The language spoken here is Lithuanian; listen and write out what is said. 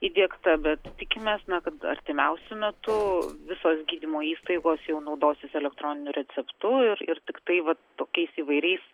įdiegta bet tikimės kad artimiausiu metu visos gydymo įstaigos jau naudosis elektroniniu receptu ir ir tiktai va tokiais įvairiais